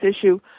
issue